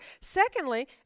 Secondly